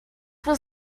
was